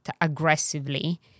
aggressively